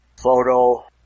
Photo